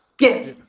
Yes